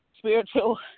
spiritual